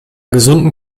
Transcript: gesunden